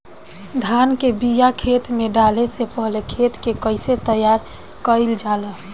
धान के बिया खेत में डाले से पहले खेत के कइसे तैयार कइल जाला?